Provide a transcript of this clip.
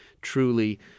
truly